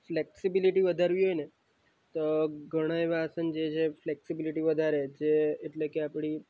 flexibility વધારવી હોયને તો ઘણા એવા આસન જે છે ફ્લેક્સિબિલિટી વધારે જે એટલે કે આપણી